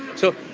so,